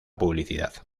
publicidad